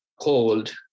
cold